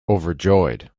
overjoyed